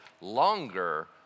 longer